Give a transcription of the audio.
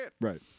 Right